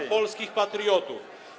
na polskich patriotów.